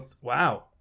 Wow